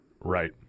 Right